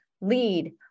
lead